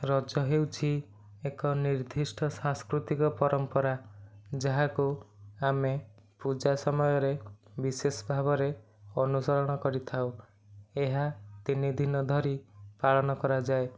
ରଜ ହେଉଛି ଏକ ନିର୍ଦ୍ଦିଷ୍ଟ ସାଂସ୍କୃତିକ ପରମ୍ପରା ଯାହାକୁ ଆମେ ପୂଜା ସମୟରେ ବିଶେଷ ଭାବରେ ଅନୁସରଣ କରିଥାଉ ଏହା ତିନିଦିନ ଧରି ପାଳନ କରାଯାଏ